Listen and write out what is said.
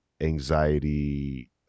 anxiety